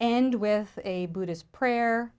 and with a buddhist prayer